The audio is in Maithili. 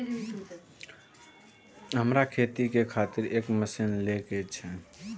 हमरा खेती के खातिर एक मशीन ले के छे?